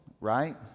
right